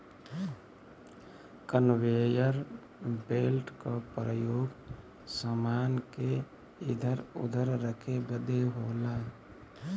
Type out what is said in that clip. conveyor belt क परयोग समान के इधर उधर रखे बदे होला